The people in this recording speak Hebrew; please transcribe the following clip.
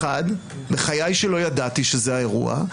בחיי שלא ידעתי שזה האירוע.